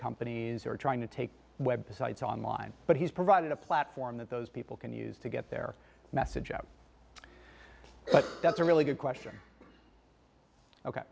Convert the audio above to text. companies are trying to take websites online but he's provided a platform that those people can use to get their message out but that's a really good question ok